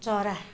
चरा